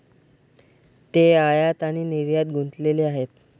ते आयात आणि निर्यातीत गुंतलेले आहेत